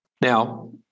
Now